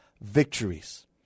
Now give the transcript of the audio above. victories